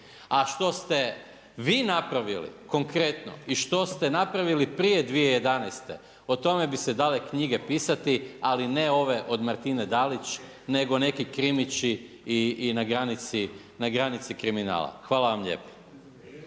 A što ste vi napravili konkretno i što ste napravili prije 2011. o tome bi se dale knjige pisati, ali ne ove od Martine Dalić, nego neki krimići i na granici kriminala. Hvala vam lijepo.